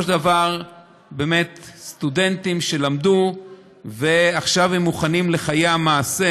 של דבר סטודנטים שלמדו ועכשיו הם מוכנים לחיי המעשה,